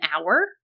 hour